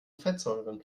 fettsäuren